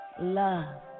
love